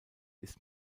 ist